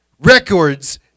Records